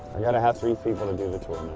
i gotta have three people to do the tour,